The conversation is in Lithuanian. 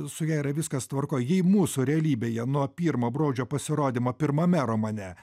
su ja yra viskas tvarkoj jei mūsų realybėje nuo pirmo broudžio pasirodymą pirmame romane